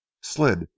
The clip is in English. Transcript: slid